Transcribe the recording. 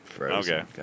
Okay